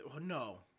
no